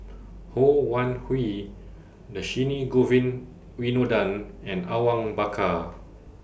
Ho Wan Hui Dhershini Govin Winodan and Awang Bakar